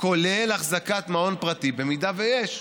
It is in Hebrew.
כולל אחזקת מעון פרטי, אם יש.